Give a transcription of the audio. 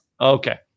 Okay